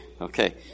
Okay